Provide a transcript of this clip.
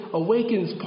awakens